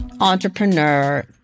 entrepreneur